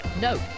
no